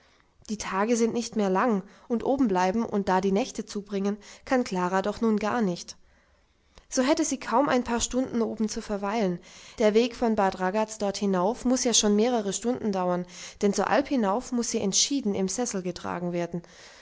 die tage sind nicht mehr lang und oben bleiben und da die nächte zubringen kann klara doch nun gar nicht so hätte sie kaum ein paar stunden oben zu verweilen der weg von bad ragaz dort hinauf muß ja schon mehrere stunden dauern denn zur alp hinauf muß sie entschieden im sessel getragen werden